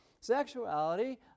sexuality